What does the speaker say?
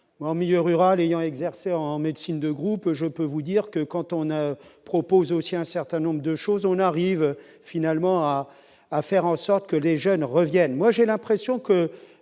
en milieu rural ayant exercé en médecine de groupes, je peux vous dire que quand on a proposé aussi un certain nombre de choses, on arrive finalement à à faire en sorte que les jeunes reviennent, moi j'ai l'impression que